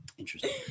interesting